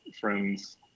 friends